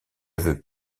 veux